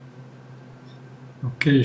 אוקיי.